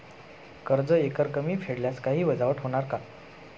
कर्ज एकरकमी फेडल्यास काही वजावट होणार का?